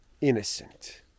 innocent